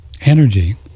energy